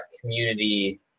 community